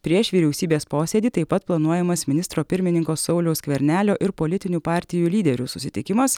prieš vyriausybės posėdį taip pat planuojamas ministro pirmininko sauliaus skvernelio ir politinių partijų lyderių susitikimas